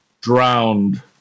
drowned